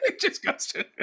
Disgusting